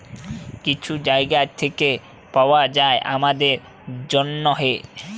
কিছু জায়গা থ্যাইকে পাউয়া যায় আমাদের জ্যনহে